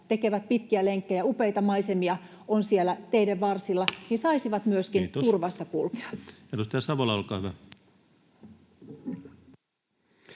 tekevät pitkiä lenkkejä — upeita maisemia on siellä teiden varsilla — saisivat myöskin turvassa kulkea. Kiitos. — Edustaja Savola, olkaa hyvä.